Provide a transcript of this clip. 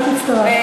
את הצטרפת.